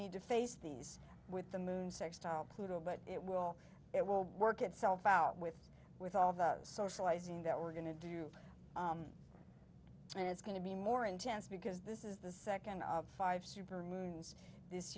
need to face these with the moon sextile pluto but it will it will work itself out with with all those socializing that we're going to do you and it's going to be more intense because this is the second of five super moons this